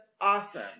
awesome